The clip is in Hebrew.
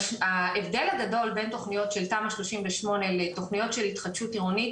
ההבדל הגדול בין תכניות של תמ"א 38 לתכניות של התחדשות עירונית